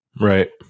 Right